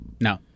No